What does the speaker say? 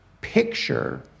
picture